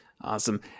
Awesome